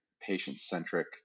patient-centric